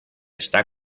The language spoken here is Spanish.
está